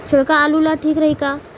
छिड़काव आलू ला ठीक रही का?